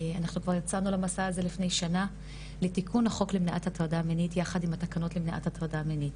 זה מסע שיצאנו אליו כבר לפני שנה לתיקון החוק למניעת הטרדה מינית,